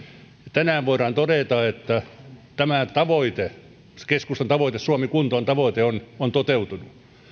tänään voidaan todeta että tämä tavoite se keskustan tavoite suomi kuntoon tavoite on on toteutunut